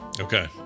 Okay